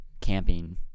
camping